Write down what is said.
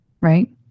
right